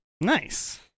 Nice